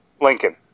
Lincoln